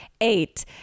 eight